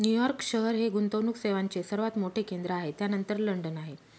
New York शहर हे गुंतवणूक सेवांचे सर्वात मोठे केंद्र आहे त्यानंतर लंडन आहे